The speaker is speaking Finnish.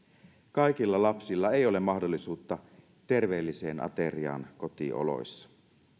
kaikilla lapsilla ei ole mahdollisuutta terveelliseen ateriaan kotioloissa